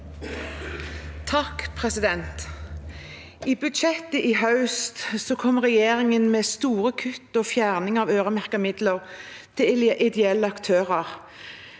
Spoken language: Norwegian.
I budsjet- tet i høst kom regjeringen med store kutt og fjerning av øremerkede midler til ideelle aktører.